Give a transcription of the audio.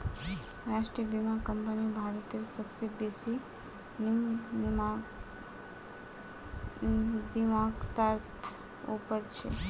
राष्ट्रीय बीमा कंपनी भारतत सबसे बेसि बीमाकर्तात उपर छ